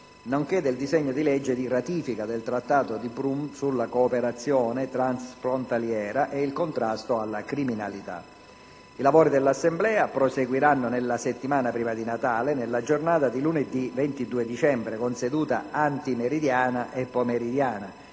nonché del disegno di legge di ratifica del trattato di Prum sulla cooperazione transfrontaliera e il contrasto alla criminalità. I lavori dell'Assemblea proseguiranno nella settimana prima di Natale nella giornata di lunedì 22 dicembre, con seduta antimeridiana e pomeridiana,